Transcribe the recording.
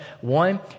One